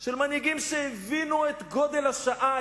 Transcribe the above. של מנהיגים שהבינו את גודל השעה,